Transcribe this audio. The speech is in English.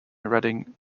reading